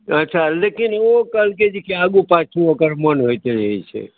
अच्छा लेकिन ओ कहलकै जेकि आगू पाछू ओकर मन होइत रहैत छै